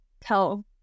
tell